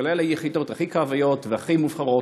כולל היחידות הכי קרביות והכי מובחרות,